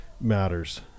matters